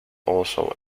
also